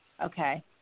Okay